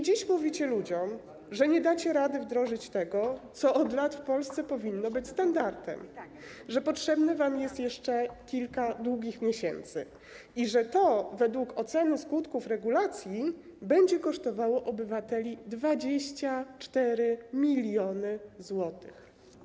Dziś mówicie ludziom, że nie dacie rady wdrożyć tego, co od lat w Polsce powinno być standardem, że potrzebujecie jeszcze kilka długich miesięcy i że to według oceny skutków regulacji będzie kosztowało obywateli 24 mln zł.